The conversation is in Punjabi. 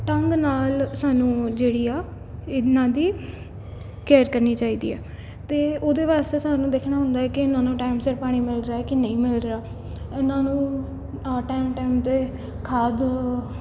ਢੰਗ ਨਾਲ ਸਾਨੂੰ ਜਿਹੜੀ ਆ ਇਹਨਾਂ ਦੀ ਕੇਅਰ ਕਰਨੀ ਚਾਹੀਦੀ ਆ ਅਤੇ ਉਹਦੇ ਵਾਸਤੇ ਸਾਨੂੰ ਦੇਖਣਾ ਹੁੰਦਾ ਕਿ ਇਹਨਾਂ ਨੂੰ ਟਾਈਮ ਸਿਰ ਪਾਣੀ ਮਿਲ ਰਿਹਾ ਕਿ ਨਹੀਂ ਮਿਲ ਰਿਹਾ ਇਹਨਾਂ ਨੂੰ ਅ ਟਾਈਮ ਟਾਈਮ 'ਤੇ ਖਾਦ